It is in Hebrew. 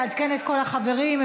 לעדכן את כל החברים,